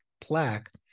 plaque